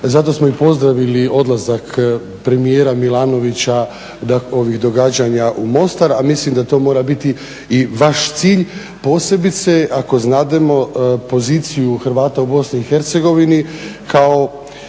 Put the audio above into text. zato smo i pozdravili odlazak premijera Milanovića da ovih događanja u Mostar a mislim da to mora biti i vaši cilj posebice ako znademo poziciju Hrvata u BIH kao